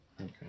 Okay